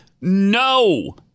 No